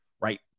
right